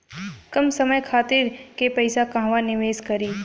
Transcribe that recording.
कम समय खातिर के पैसा कहवा निवेश करि?